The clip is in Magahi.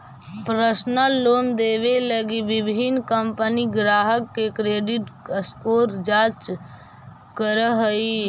पर्सनल लोन देवे लगी विभिन्न कंपनि ग्राहक के क्रेडिट स्कोर जांच करऽ हइ